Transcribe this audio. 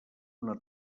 una